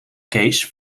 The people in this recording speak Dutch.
kees